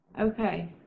Okay